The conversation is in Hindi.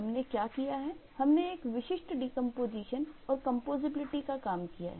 हमने क्या किया है हमने एक विशिष्ट डीकंपोजीशन का काम किया है